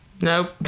Nope